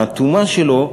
האטומה שלו,